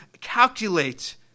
calculate